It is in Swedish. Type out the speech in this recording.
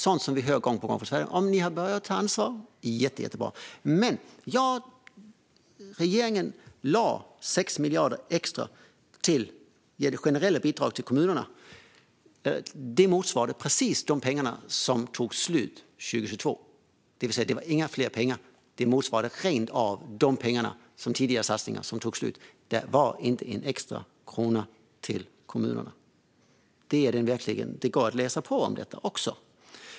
Sådant har vi hört gång på gång från Sverigedemokraterna. Om de har börjat ta ansvar är det jättebra. Regeringen lade 6 miljarder extra i generella bidrag till kommunerna. Detta motsvarade precis de pengar som tog slut 2022. Det var alltså inte mer pengar, utan det motsvarade pengarna i de tidigare satsningarna. Det var inte krona extra till kommunerna; det är verkligheten. Det går att läsa på även om detta.